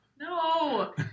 no